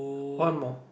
one more